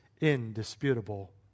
indisputable